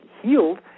healed